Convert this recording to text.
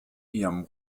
ihrem